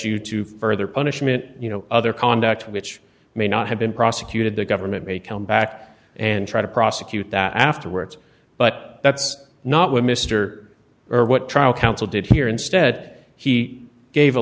you to further punishment you know other conduct which may not have been prosecuted the government may come back and try to prosecute that afterwards but that's not what mr or what trial counsel did here instead he gave a